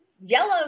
yellow